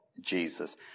Jesus